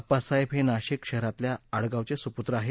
आप्पासाहेब हे नाशिक शहरातल्या आडगावचे सुपुत्र आहेत